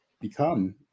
become